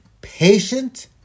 patient